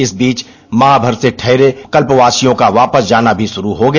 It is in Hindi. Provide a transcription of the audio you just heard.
इस बीच माह भर से ठहरे कल प्रवासियों का वापस जाना भी शुरू हो गया